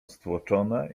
stłoczone